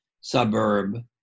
suburb